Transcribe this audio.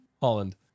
Holland